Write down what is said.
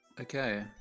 Okay